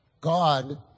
God